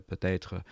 peut-être